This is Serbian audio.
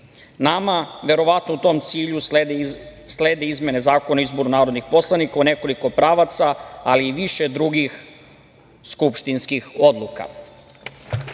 verovatno u tom cilju slede izmene Zakona o izboru narodnih poslanika u nekoliko pravaca, ali i više drugih skupštinskih odluka.